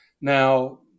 Now